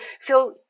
feel